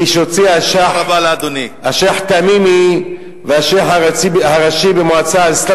שהוציאו השיח' תמימי והשיח' הראשי במועצה האסלאמית